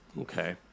Okay